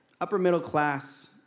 upper-middle-class